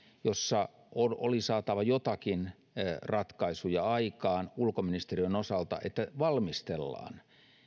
jossa oli saatava joitakin ratkaisuja aikaan ulkoministeriön osalta että valmistellaan